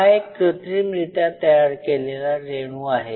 हा एक कृत्रिमरित्या तयार केलेला रेणू आहे